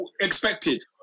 expected